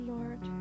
Lord